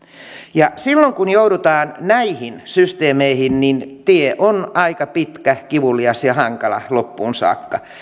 ja silloin kun joudutaan näihin systeemeihin niin tie on aika pitkä kivulias ja hankala loppuun saakka